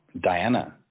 Diana